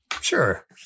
Sure